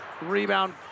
Rebound